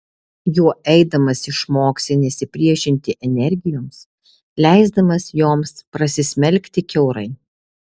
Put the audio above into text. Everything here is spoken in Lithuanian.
juo eidamas išmoksi nesipriešinti energijoms leisdamas joms prasismelkti kiaurai